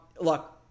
Look